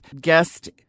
guest